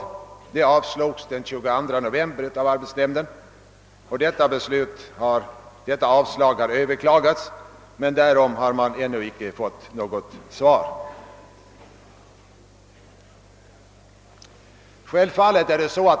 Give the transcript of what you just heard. Denna begäran avslogs den 22 november av arbetsnämnden. Avslaget har överklagats, men om utgången har man ännu icke fått besked.